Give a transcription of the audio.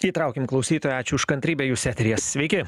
įtraukim klausytoją ačiū už kantrybę jūs eteryje sveiki